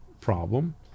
problem